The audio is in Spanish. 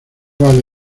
vale